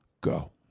go